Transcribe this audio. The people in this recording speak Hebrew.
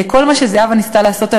כל מה שזהבה ניסתה לעשות היום,